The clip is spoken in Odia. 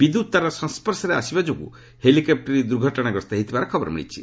ବିଦ୍ୟୁତ୍ ତାରର ସଂସ୍ୱର୍ଶରେ ଆସିବା ଯୋଗୁଁ ହେଲିକପୂରଟି ଦୁର୍ଘଟଣାଗ୍ରସ୍ତ ହୋଇଥିବା ଖବର ମିଳିଛି